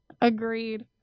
agreed